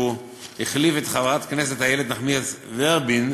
שהחליף את חברת הכנסת איילת נחמיאס ורבין,